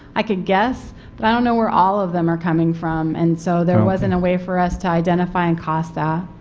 i could guess, but i don't know where all of them are coming from and so there wasn't a way for us to identify and cost that.